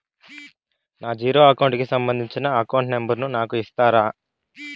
నా zero account కి సంబంధించి అకౌంట్ నెంబర్ ను నాకు ఇస్తారా